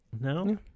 No